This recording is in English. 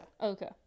Okay